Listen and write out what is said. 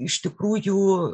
iš tikrųjų